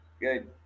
Good